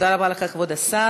תודה רבה לך, כבוד השר.